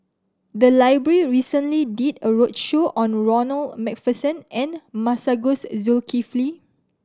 the library recently did a roadshow on Ronald Macpherson and Masagos Zulkifli